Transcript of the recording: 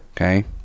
okay